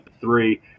three